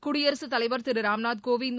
குடியரசுத் தலைவர் திரு ராம்நாத் கோவிந்த்